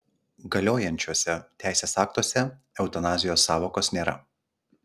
galiojančiuose teisės aktuose eutanazijos sąvokos nėra